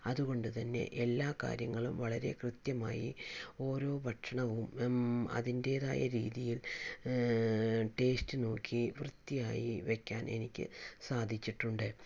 അതുകൊണ്ടുതന്നെ എല്ലാ കാര്യങ്ങളും വളരെ കൃത്യമായി ഓരോ ഭക്ഷണവും അതിൻ്റേതായ രീതിയിൽ ടേസ്റ്റ് നോക്കി വൃത്തിയായി വെക്കാൻ എനിക്ക് സാധിച്ചിട്ടുണ്ട്